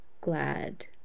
glad